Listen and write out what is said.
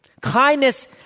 Kindness